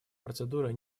процедуры